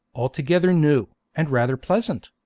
altogether new, and rather pleasant.